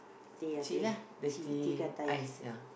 teh ah teh ah teh gah dai